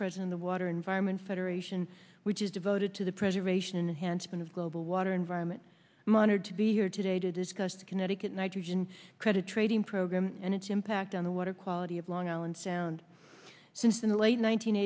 president the water environment federation which is devoted to the preservation enhanced point of global water environment monitored to be here today to discuss the connecticut nitrogen credit trading program and its impact on the water quality of long island sound since in the late